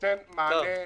נותן מענה.